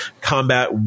combat